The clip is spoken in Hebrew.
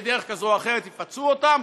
בדרך כזו או אחרת יפצו אותם,